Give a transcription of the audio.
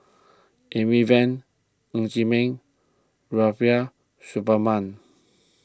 Amy Van Ng Chee Meng Rubiah Suparman